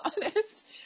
honest